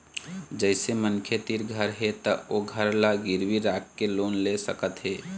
जइसे मनखे तीर घर हे त ओ घर ल गिरवी राखके लोन ले सकत हे